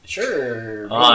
Sure